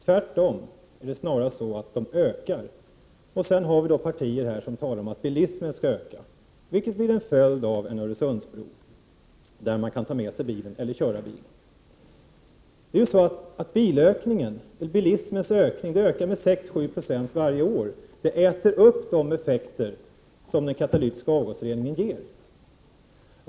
Tvärtom är det snarare så att utsläppen ökar. Då har vi partier som här talar om att bilismen skall öka — vilket blir en följd av en Öresundsbro där man kan köra bilen. Bilismen ökar med 6—7 926 per år, och det äter upp de effekter som den katalytiska avgasreningen ger.